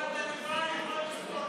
גפני, אמרתי לך.